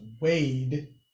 wade